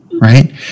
right